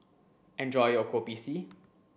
enjoy your Kopi C